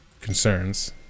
Concerns